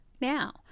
now